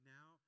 now